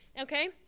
Okay